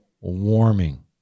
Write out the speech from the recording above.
warming